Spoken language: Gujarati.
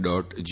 ડોટ જી